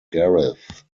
gareth